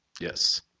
Yes